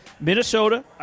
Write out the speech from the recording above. Minnesota